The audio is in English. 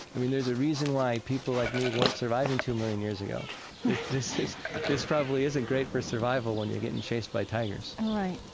i mean, there's a reason why people like me weren't surviving two million years ago right this this probably isn't great for survival when you're getting chased by tigers right.